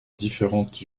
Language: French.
différentes